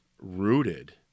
rooted